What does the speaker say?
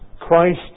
Christ